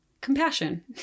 compassion